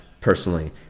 personally